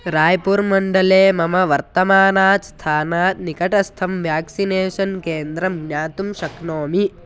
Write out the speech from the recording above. रायपुरमण्डले मम वर्तमानात् स्थानात् निकटस्थं व्याक्सिनेषन् केन्द्रं ज्ञातुं शक्नोमि